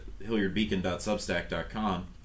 hilliardbeacon.substack.com